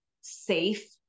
safe